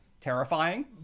terrifying